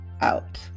out